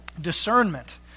discernment